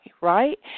right